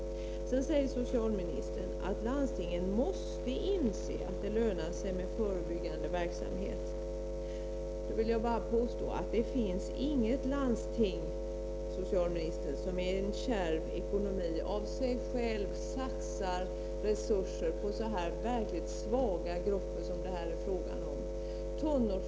Vidare säger socialministern att landstingen måste inse att det lönar sig med förebyggande verksamhet. Jag vill påstå att det inte finns något landsting som i en kärv ekonomisk situation av sig självt satsar resurser på så verkligt svaga grupper som det här är fråga om.